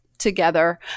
together